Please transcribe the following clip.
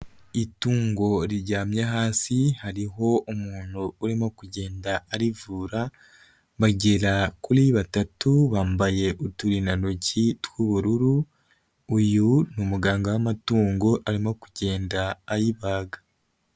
Itungo riryamye hasi hariho umuntu urimo kugenda arivura, bagera kuri batatu bambaye uturindantoki t'ubururu, uyu ni umuganga w'amatungo arimo kugenda ayibaga.